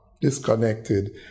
disconnected